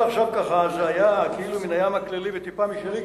עד עכשיו זה היה כאילו מן הים הכללי וטיפה משלי,